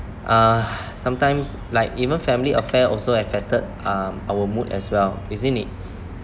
uh sometimes like even family affair also affected um our mood as well isn't it